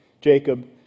Jacob